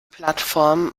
plattform